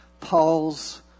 paul's